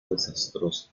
desastrosa